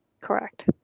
correct